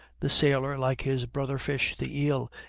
the sailor, like his brother fish the eel,